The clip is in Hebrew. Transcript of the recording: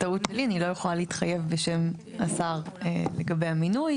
אני לא יכולה להתחייב בשם השר לגבי המינוי.